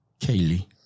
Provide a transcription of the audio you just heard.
Kaylee